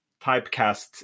typecast